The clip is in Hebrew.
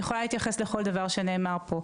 יכולה להתייחס לכל דבר שנאמר פה.